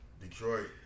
Detroit